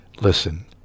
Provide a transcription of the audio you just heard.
Listen